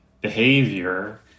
behavior